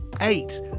Eight